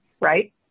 right